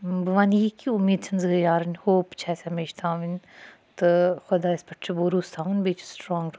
بہٕ وَنہٕ یہِ کہِ اُمیٖد چھَ نہٕ زٕہٕنۍ ہارٕنۍ ہوپ چھِ اَسہِ ہَمیشہِ تھاوٕنۍ تہٕ خۄدایَس پٮ۪ٹھ چھُ بروٗسہٕ تھاوُن بیٚیہِ چھُ سٹرانٛگ روزُن